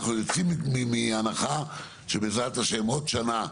אנחנו יוצאים מהנחה שבעזרת ה' עוד שנה,